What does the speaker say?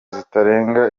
zitagira